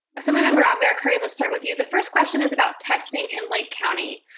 assembly member aguiar-curry, let's start with you. the first question is about testing in lake county.